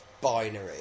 binary